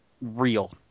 real